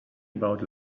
about